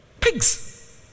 pigs